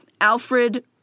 Alfred